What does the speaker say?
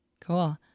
Cool